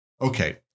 Okay